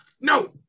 No